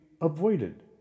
avoided